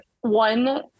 One